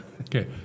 Okay